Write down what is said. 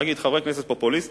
ולהגיד: חברי כנסת פופוליסטיים,